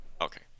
okay